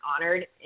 honored